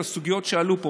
על הסוגיות שעלו פה.